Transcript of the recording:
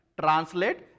translate